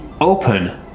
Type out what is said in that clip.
open